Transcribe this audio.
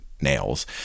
nails